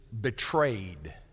betrayed